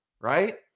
Right